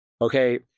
okay